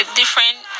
different